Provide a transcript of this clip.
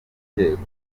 ukekwa